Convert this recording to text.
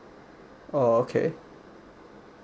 oh okay